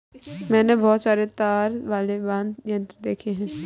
मैंने बहुत सारे तार वाले वाद्य यंत्र देखे हैं